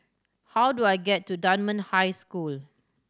how do I get to Dunman High School